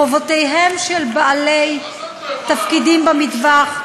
חובותיהם של בעלי תפקידים במטווח,